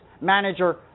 manager